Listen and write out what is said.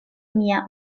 mia